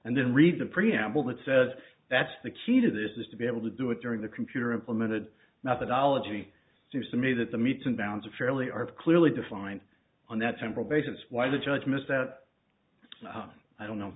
and then read the preamble that says that's the key to this is to be able to do it during the computer implemented methodology seems to me that the meat and downs of fairly are clearly defined on that temporal basis why the judge missed out i don't know